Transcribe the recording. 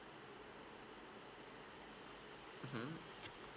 mmhmm